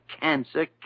Cancer